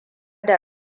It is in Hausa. da